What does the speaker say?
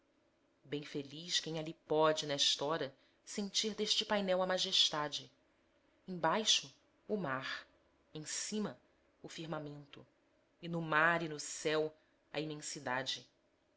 bem feliz quem ali pode nest'hora sentir deste painel a majestade embaixo o mar em cima o firmamento e no mar e no céu a imensidade